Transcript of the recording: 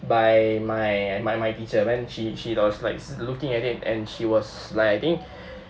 by my and my my teacher then she she was like looking at it and she was like I think